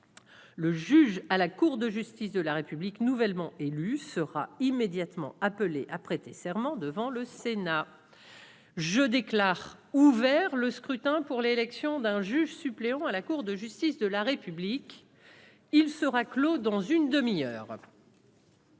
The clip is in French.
Le juge à la Cour de justice de la République nouvellement élue sera immédiatement appelé à prêté serment devant le Sénat. Je déclare ouvert le scrutin pour l'élection d'un juge suppléant à la Cour de justice de la République, il sera clos dans une demi-heure.